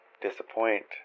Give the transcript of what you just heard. disappoint